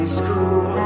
school